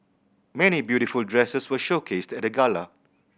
many beautiful dresses were showcased at the gala